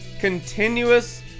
Continuous